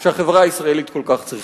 שהחברה הישראלית כל כך צריכה.